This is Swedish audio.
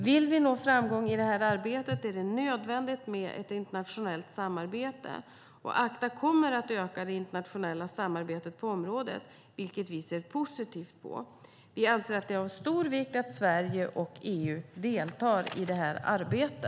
Vill vi nå framgång i detta arbete är det nödvändigt med internationellt samarbete. ACTA kommer att öka det internationella samarbetet på området, vilket vi ser positivt på. Vi anser att det är av stor vikt att Sverige och EU deltar i detta arbete.